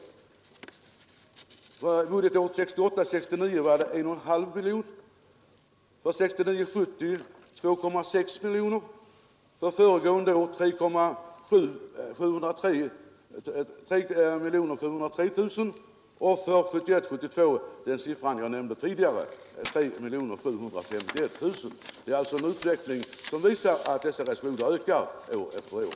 Budgetåret 1968 70 2,6 miljoner kronor, budgetåret 1970/71 3 703 000 kronor och föregående budgetår den siffra jag tidigare nämnde, 3 751 000 kronor. Utvecklingen visar alltså att reservationerna ökar år efter år.